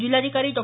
जिल्हाधिकारी डॉ